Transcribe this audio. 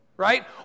right